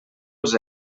els